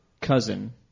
cousin